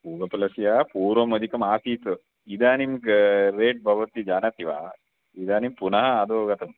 पूगीफलस्य पूर्वम् अधिकम् आसीत् इदानीं रेट् भवती जानाति वा इदानीं पुनः अधो गतम्